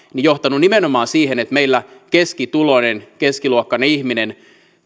johtanut nimenomaan siihen että meillä keskituloinen keskiluokkainen ihminen